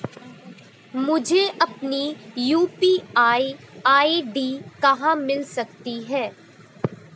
मुझे अपनी UPI ID कहां मिल सकती है?